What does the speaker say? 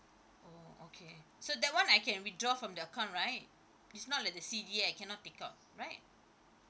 oh okay so that one I can withdraw from the account right it's not like the C_D_A I cannot take out right